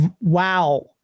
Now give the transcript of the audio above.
wow